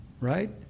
right